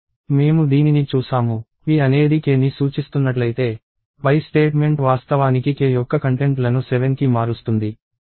మేము దీనిని చూసాము p అనేది k ని సూచిస్తున్నట్లైతే పై స్టేట్మెంట్ వాస్తవానికి k యొక్క కంటెంట్లను 7కి మారుస్తుంది